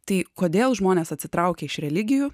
tai kodėl žmonės atsitraukė iš religijų